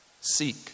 Seek